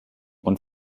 und